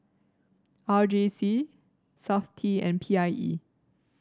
R J C Safti and P I E